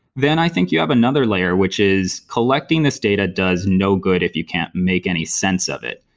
then i think you have another layer, which is collecting this data does no good if you can't make any sense of it.